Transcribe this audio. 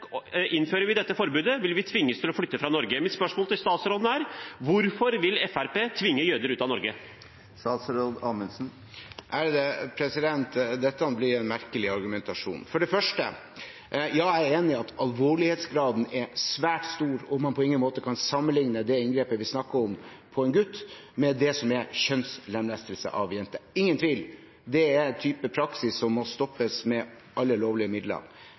dette forbudet, vil de tvinges til å flytte fra Norge. Mitt spørsmål til statsråden er: Hvorfor vil Fremskrittspartiet tvinge jøder ut av Norge? Dette blir en merkelig argumentasjon. For det første: Ja, jeg er enig i at alvorlighetsgraden er svært stor, og at man på ingen måte kan sammenligne det inngrepet vi snakker om på en gutt, med det som er kjønnslemlestelse av jenter, som uten tvil er en type praksis som må stoppes med alle lovlige midler.